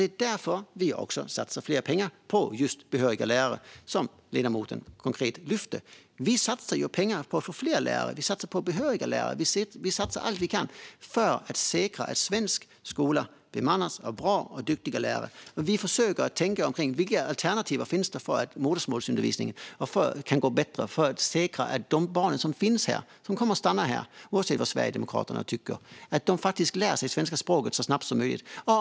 Därför satsar vi också mer pengar på just behöriga lärare, vilket ledamoten konkret lyfter fram. Vi satsar ju pengar på att få fler lärare. Vi satsar på behöriga lärare. Vi satsar allt vi kan för att säkra att svensk skola bemannas av bra och duktiga lärare. Vi försöker se vilka alternativ det finns för att modersmålsundervisningen ska gå bättre för att säkra att de barn som finns här - de kommer att stanna här, oavsett vad Sverigedemokraterna tycker - faktiskt lär sig svenska språket så snabbt som möjligt.